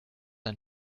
ein